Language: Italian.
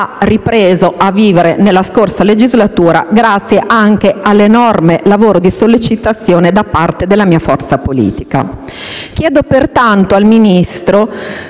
ripreso a vivere, nella scorsa legislatura, grazie anche all'enorme lavoro di sollecitazione da parte della mia forza politica. Chiedo, pertanto, al Ministro